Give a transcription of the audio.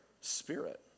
Spirit